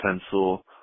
pencil